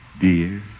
Dear